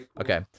Okay